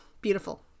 beautiful